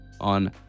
on